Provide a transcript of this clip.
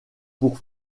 pour